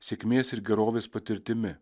sėkmės ir gerovės patirtimi